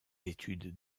études